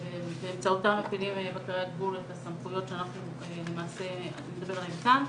ובאמצעותם מפעילים בקרי הגבול את הסמכויות שאנחנו למעשה נדבר עליהם כאן.